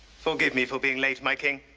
forgive me for being late, my king,